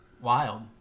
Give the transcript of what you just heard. Wild